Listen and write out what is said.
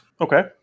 Okay